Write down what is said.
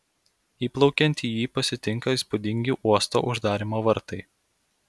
įplaukiant į jį pasitinka įspūdingi uosto uždarymo vartai